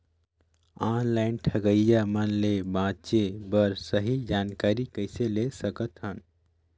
Online ठगईया मन ले बांचें बर सही जानकारी कइसे ले सकत हन?